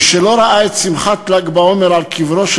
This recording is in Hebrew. "מי שלא ראה את שמחת ל"ג בעומר על קברו של